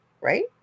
right